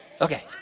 Okay